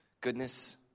goodness